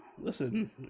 Listen